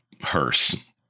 hearse